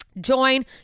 Join